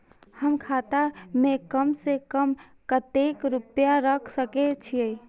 हम खाता में कम से कम कतेक रुपया रख सके छिए?